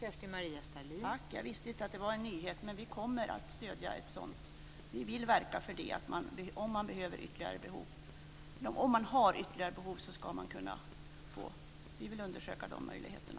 Fru talman! Jag visste inte att det var en nyhet. Vi kommer att stödja ett sådant förslag. Vi vill verka för att man ska få detta om man har ytterligare behov. Vi vill undersöka de möjligheterna.